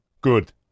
Good